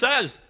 says